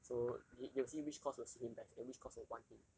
so they they will see which course will suit him best and which course will want him